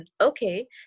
Okay